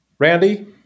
Randy